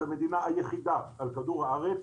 שהיא המדינה היחידה על כדור הארץ